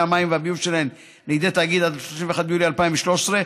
המים והביוב שלהן לידי תאגיד עד 31 ביולי 2013,